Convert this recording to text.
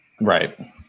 Right